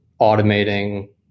automating